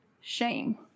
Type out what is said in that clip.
shame